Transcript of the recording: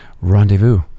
rendezvous